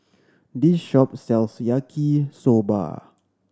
this shop sells Yaki Soba